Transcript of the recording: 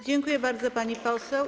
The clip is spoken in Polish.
Dziękuję bardzo, pani poseł.